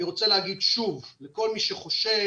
אני רוצה להגיד שוב לכל מי שחושב,